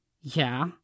Yeah